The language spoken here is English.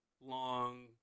long